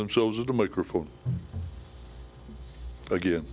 themselves at the microphone again